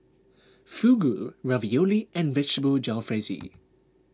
Fugu Ravioli and Vegetable Jalfrezi